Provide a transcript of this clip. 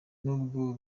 nubwo